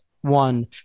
one